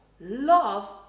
love